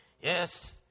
Yes